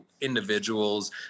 individuals